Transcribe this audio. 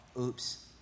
oops